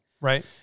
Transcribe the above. Right